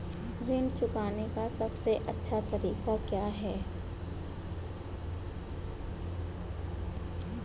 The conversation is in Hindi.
ऋण चुकाने का सबसे अच्छा तरीका क्या है?